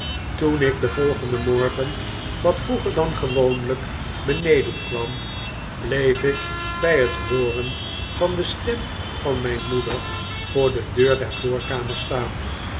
toen ik den volgenden morgen wat vroeger dan gewoonlijk beneden kwam bleef ik bij het hooren van de stem van mijn moeder voor de deur der voorkamer staan